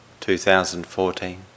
2014